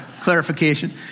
clarification